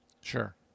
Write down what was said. Sure